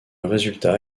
résultat